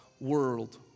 world